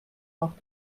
noch